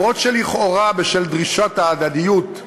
אף שלכאורה, בשל דרישת ההדדיות,